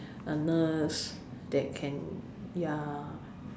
a nurse that can ya